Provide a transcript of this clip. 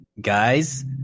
guys